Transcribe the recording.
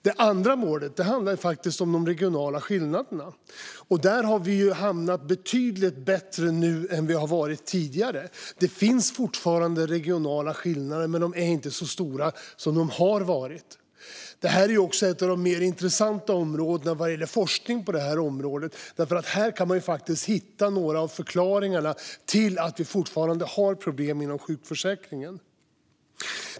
Det andra målet handlar om de regionala skillnaderna. Där har vi hamnat betydligt bättre nu än vad vi har gjort tidigare. Det finns fortfarande regionala skillnader, men de är inte så stora som de har varit. Det är också ett av de mer intressanta områdena vad gäller forskning. Här kan man faktiskt hitta några av förklaringarna till att vi fortfarande har problem inom sjukförsäkringen.